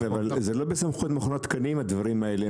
אבל זה לא בסמכות התקנים, הדברים האלה.